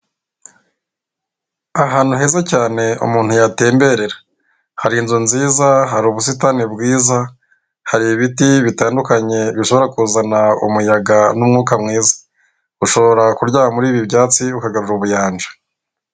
Ahantu heza cyane umuntu yatemberera hari inzu nziza hari ubusitani bwiza, hari ibiti bitandukanye bishobora kuzana umuyaga n'umwuka mwiza, ushobora kuryama muri ibi byatsi ukagava ubuyanja.